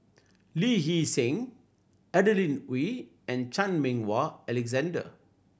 Lee Hee Seng Adeline Ooi and Chan Meng Wah Alexander